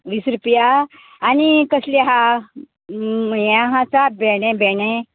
वीस रुपया आनी कसली आसा ये आसा भेंडे भेंडे